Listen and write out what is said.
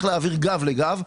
להעביר גב לגב.